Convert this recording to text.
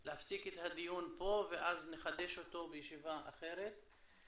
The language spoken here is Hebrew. להפסיק את הדיון פה ואז נחדש אותו בישיבה אחרת.